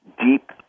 deep